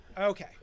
Okay